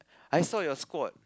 I saw your squad